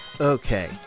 Okay